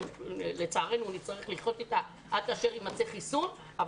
לצערנו נצטרך לחיות אתה עד אשר יימצא חיסון אבל